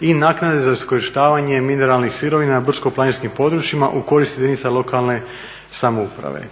i naknade za iskorištavanje mineralnih sirovina u brdsko-planinskim područjima u korist jedinica lokalne samouprave.